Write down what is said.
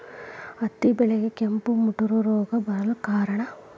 ಹತ್ತಿ ಬೆಳೆಗೆ ಕೆಂಪು ಮುಟೂರು ರೋಗ ಬರಲು ಕಾರಣ?